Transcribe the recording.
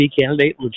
candidate